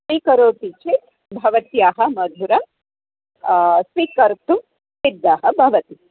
स्वीकरोति चेत् भवत्याः मधुरं स्वीकर्तुं सिद्धं भवति